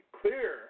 clear